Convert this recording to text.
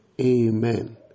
Amen